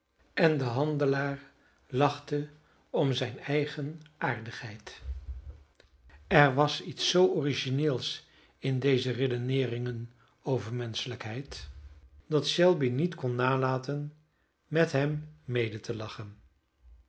en de handelaar lachte om zijne eigene aardigheid er was iets zoo origineels in deze redeneeringen over menschelijkheid dat shelby niet kon nalaten met hem mede te lachen